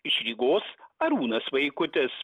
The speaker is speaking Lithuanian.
iš rygos arūnas vaikutis